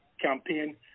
campaign